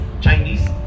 Chinese